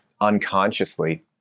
unconsciously